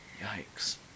Yikes